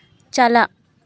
ᱪᱟᱞᱟᱜ